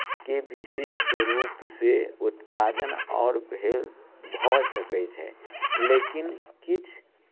के विशेष रूपसँ उत्पादन आओर भे भऽ सकैत छै लेकिन किछु